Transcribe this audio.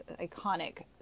iconic